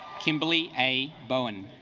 kimberly a bowen